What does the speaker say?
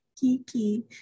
kiki